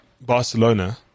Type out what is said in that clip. Barcelona